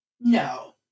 No